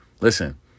Listen